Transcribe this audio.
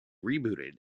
rebooted